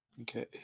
Okay